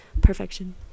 perfection